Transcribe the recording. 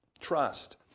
trust